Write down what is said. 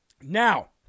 Now